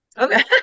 Okay